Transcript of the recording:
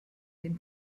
den